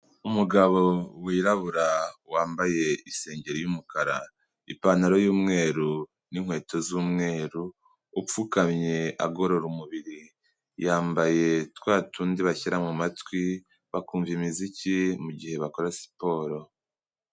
Umugabo wirabura wambaye isengeri y'umukara, ipantaro y'umweru n'inkweto z'umweru, upfukamye agorora umubiri. Yambaye twa tundi bashyira mu matwi bakumva imiziki mu gihe bakora siporo.